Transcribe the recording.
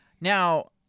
Now